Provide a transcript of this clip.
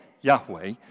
Yahweh